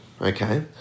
okay